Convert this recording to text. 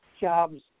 jobs